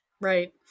right